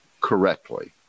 correctly